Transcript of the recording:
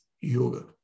yoga